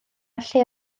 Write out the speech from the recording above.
lle